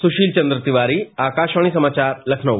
सुशीलचंद्र तिवारी आकाशवाणी समाचार लखनऊ